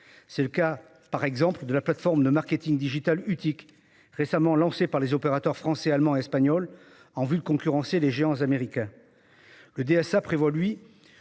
Tel est par exemple l'objet de la plateforme de marketing digital Utiq, récemment lancée par des opérateurs français, allemand et espagnol, afin de concurrencer les géants américains. Le DSA vise